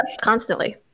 Constantly